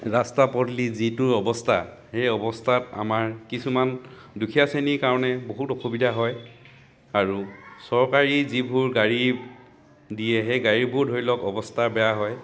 ৰাস্তা পদূলিৰ যিটো অৱস্থা সেই অৱস্থাত আমাৰ কিছুমান দুখীয়া শ্ৰেণীৰ কাৰণে বহুত অসুবিধা হয় আৰু চৰকাৰী যিবোৰ গাড়ী দিয়ে সেই গাড়ীবোৰ ধৰি লওক অৱস্থা বেয়া হয়